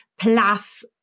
plus